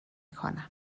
کنم